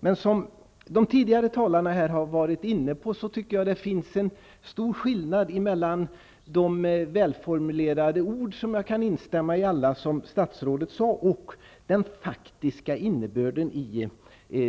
Men jag tycker, som de tidigare talarna har varit inne på, att det finns en stor skillnad mellan de välformulerade ord som statsrådet uttalade -- jag kan instämma i dem alla -- och den faktiska innebörden i